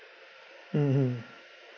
mmhmm